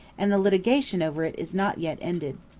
and the litigation over it is not yet ended.